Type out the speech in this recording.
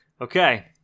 Okay